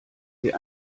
sie